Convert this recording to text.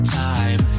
time